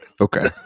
Okay